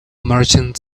martians